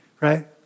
Right